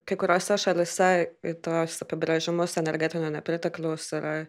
kai kuriose šalyse į tuos apibrėžiamos energetinio nepritekliaus yra